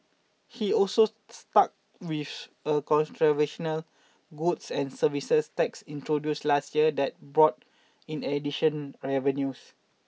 he also stuck with a controversial no goods and services tax introduced last year that's brought in addition and revenues